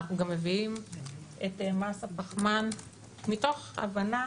אנחנו מביאים את מס הפחמן מתוך הבנה